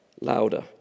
louder